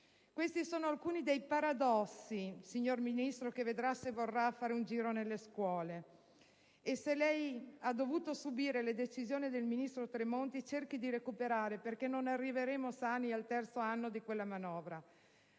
Questi sono alcuni dei paradossi, signor Ministro, che vedrà, se vorrà fare un giro nelle scuole. E se lei ha dovuto sempre subire le decisioni del ministro Tremonti, cerchi di recuperare, perché non arriveremo sani al terzo anno di quella manovra.